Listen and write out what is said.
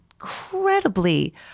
incredibly